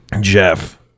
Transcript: Jeff